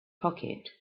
pocket